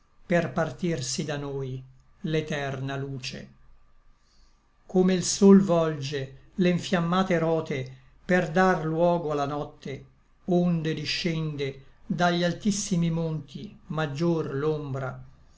per partirsi da noi l'eterna luce come l sol volge le nfiammate rote per dar luogo a la notte onde discende dagli altissimi monti maggior